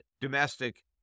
domestic